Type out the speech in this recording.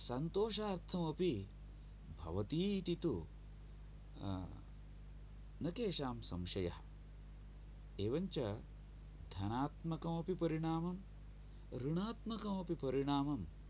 सन्तोषार्थमपि भवति इति तु न केषां संशयः एवं च धनात्मकमपि परिणामं ऋणात्मकमपि परिणामं